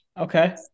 Okay